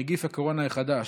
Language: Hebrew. (נגיף הקורונה החדש)